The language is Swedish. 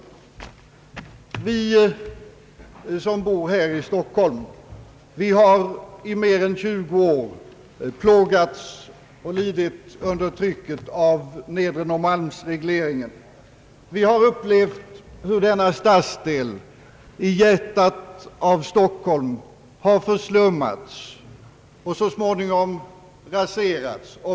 Vi som bor här i Stockholm har under mer än 20 år plågats och lidit under trycket av Nedre Norrmalmsregleringen. Vi har upplevt hur denna stadsdel i hjärtat av Stockholm förslummats och så småningom raserats.